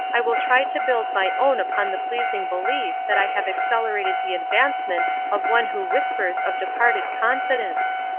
i will try to build my own upon the pleasing belief that i have accelerated the advancement of one who whispers of departed confidence.